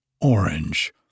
orange